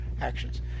actions